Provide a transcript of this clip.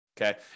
okay